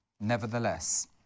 Nevertheless